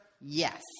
Yes